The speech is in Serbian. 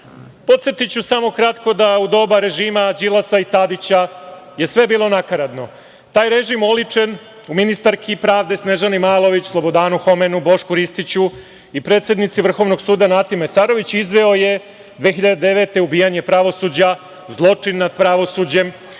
slobodno. Podsetiću samo kratko da je u doba režima Đilasa i Tadića sve bilo nakaradno. Taj režim, oličen u ministarki pravde Snežani Malović, Slobodanu Homenu, Bošku Ristiću i predsednici Vrhovnog suda Nati Mesarović, izveo je 2009. godine ubijanje pravosuđa, zločin nad pravosuđem,